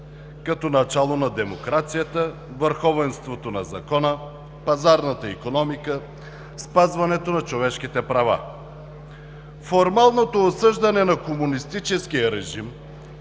като начало на демокрацията, върховенството на закона, пазарната икономика, спазването на човешките права. Формалното осъждане на комунистическия режим,